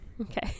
Okay